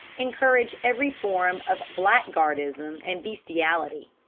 encourage every form of blackguardism and bestiality?